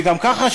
וגם ככה,